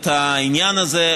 את העניין הזה.